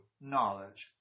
knowledge